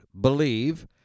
BELIEVE